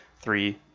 three